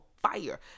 fire